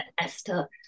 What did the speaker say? esther